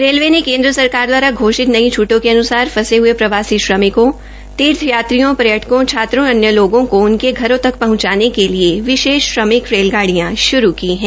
railway ने केन्द्र सरकार द्वारा धोषित नई छटों के अनुसार फंसे हए प्रवासी श्रमिकों तीर्थयात्रियों पर्यटकों छात्रों और अन्य लोगों को उनके घरों तक पहचाने के लिए विशेष श्रमिक रेलगाड़ियां शुरू की हैं